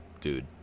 dude